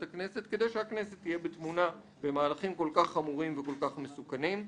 הכנסת כדי שהכנסת תהיה בתמונה במהלכים כל כך חמורים וכל כך מסוכנים.